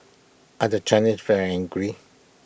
are the Chinese very angry